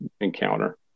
encounter